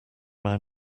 man